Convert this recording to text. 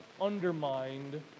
undermined